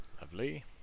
Lovely